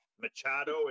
Machado